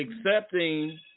accepting